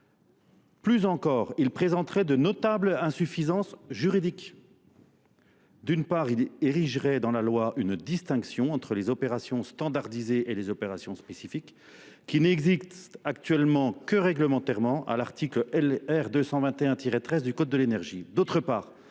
Plus encore, il présenterait de notables insuffisances juridiques. D'une part, il érigerait dans la loi une distinction entre les opérations standardisées et les opérations spécifiques qui n'existent actuellement que réglementairement à l'article LR 221-13 du Code de l'énergie.